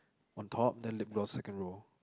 on top then lip gross second row